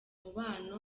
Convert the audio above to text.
umubano